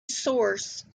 source